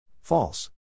False